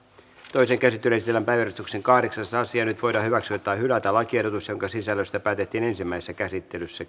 toiseen käsittelyyn esitellään päiväjärjestyksen kahdeksas asia nyt voidaan hyväksyä tai hylätä lakiehdotus jonka sisällöstä päätettiin ensimmäisessä käsittelyssä